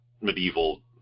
medieval